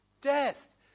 Death